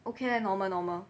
okay leh normal normal